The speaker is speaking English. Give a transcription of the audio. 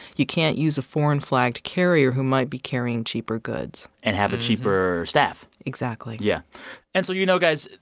you can't use a foreign-flagged carrier who might be carrying cheaper goods and have a cheaper staff exactly yeah and so, you know, guys,